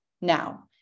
now